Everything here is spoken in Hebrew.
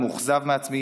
מאוכזב מעצמי.